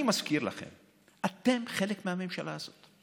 אני מזכיר לכם: אתם חלק מהממשלה הזאת.